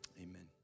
amen